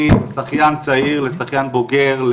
משחיין צעיר לשחיין בוגר,